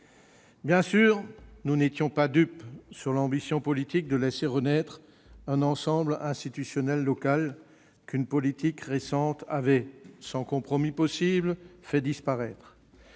Bien sûr, nous n'étions pas dupes de l'ambition politique de laisser renaître un ensemble institutionnel local qu'une politique récente avait, sans compromis possible, fait disparaître.